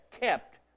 kept